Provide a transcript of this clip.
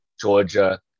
Georgia